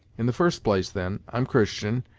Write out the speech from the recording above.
in the first place, then, i'm christian,